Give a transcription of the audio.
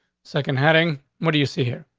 second heading, what do you see here?